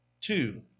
two